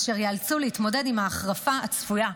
אשר ייאלצו להתמודד עם ההחרפה הצפויה.